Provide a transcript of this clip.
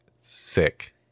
sick